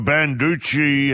Banducci